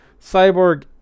Cyborg